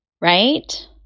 Right